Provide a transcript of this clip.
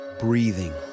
Breathing